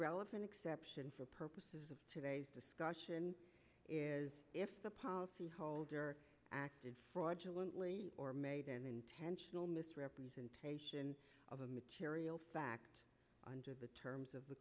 relevant exception for purposes of today's discussion is if the policyholder fraudulent or made an intentional misrepresentation of a material fact under the terms of the